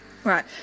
Right